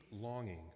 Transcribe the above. longing